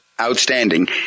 Outstanding